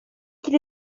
qu’il